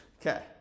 Okay